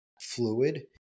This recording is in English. fluid